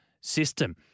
system